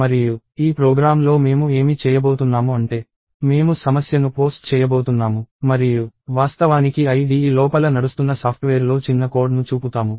మరియు ఈ ప్రోగ్రామ్లో మేము ఏమి చేయబోతున్నాము అంటే మేము సమస్యను పోస్ట్ చేయబోతున్నాము మరియు వాస్తవానికి IDE లోపల నడుస్తున్న సాఫ్ట్వేర్లో చిన్న కోడ్ ను చూపుతాము